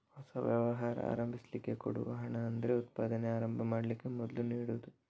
ಹೊಸ ವ್ಯವಹಾರ ಆರಂಭಿಸ್ಲಿಕ್ಕೆ ಕೊಡುವ ಹಣ ಅಂದ್ರೆ ಉತ್ಪಾದನೆ ಆರಂಭ ಮಾಡ್ಲಿಕ್ಕೆ ಮೊದ್ಲು ನೀಡುದು